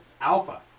alpha